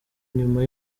nyuma